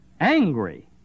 angry